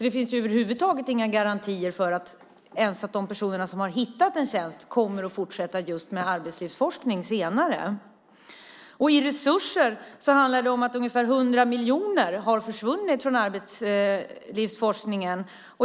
Det finns över huvud taget inga garantier för att ens de personer som har hittat en tjänst kommer att kunna fortsätta med just arbetslivsforskning senare. I resurser är det ungefär 100 miljoner som har försvunnit från arbetslivsforskningen.